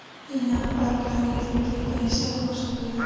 ई नाम पर खरीद बिक्री कैसे हो सकेला?